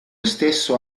stesso